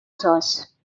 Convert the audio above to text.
source